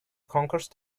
concourse